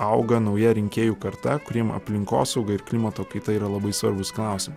auga nauja rinkėjų karta kuriem aplinkosauga ir klimato kaita yra labai svarbūs klausimai